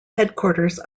headquarters